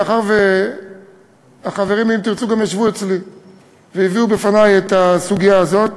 מאחר שהחברים מ"אם תרצו" גם ישבו אצלי והביאו בפני את הסוגיה הזאת.